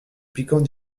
piquant